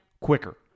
quicker